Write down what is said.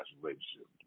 relationship